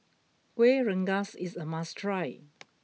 Kueh Rengas is a must try